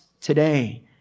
today